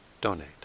donate